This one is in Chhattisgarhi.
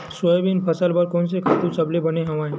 सोयाबीन फसल बर कोन से खातु सबले बने हवय?